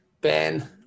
Ben